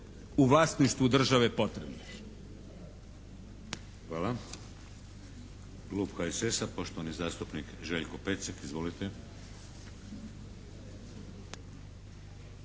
u vlasništvu države potrebe.